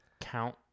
count